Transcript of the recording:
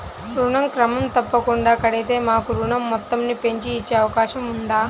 ఋణం క్రమం తప్పకుండా కడితే మాకు ఋణం మొత్తంను పెంచి ఇచ్చే అవకాశం ఉందా?